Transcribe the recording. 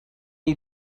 you